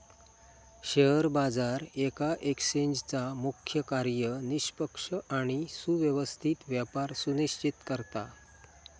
share बाजार येका एक्सचेंजचा मुख्य कार्य निष्पक्ष आणि सुव्यवस्थित व्यापार सुनिश्चित करता